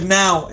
now